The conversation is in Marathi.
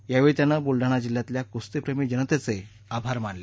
यावेळी त्यानं बुलडाणा जिल्ह्यातल्या कुस्तीप्रेमी जनतेचे आभारही मानले